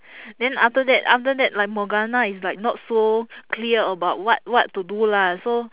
then after that after that like morgana is like not so clear about what what to do lah so